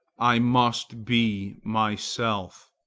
i must be myself.